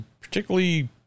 particularly